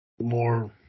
more